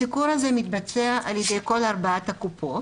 הסיקור הזה מתבצע על ידי כל ארבע הקופות